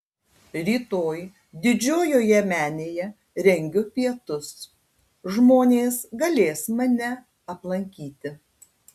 rytoj didžiojoje menėje rengiu pietus žmonės galės mane aplankyti